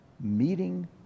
meeting